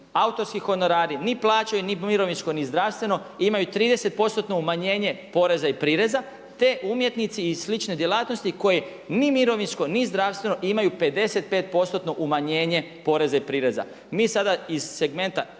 Autorski honorari ni plaćaju, ni mirovinsko ni zdravstvo, imaju 30% umanjenje poreza i prireza, te umjetnici i slične djelatnosti koje ni mirovinsko, ni zdravstveno i imaju 55% umanjenje poreza i prireza. Mi sada iz segmenta